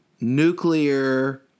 nuclear